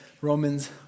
Romans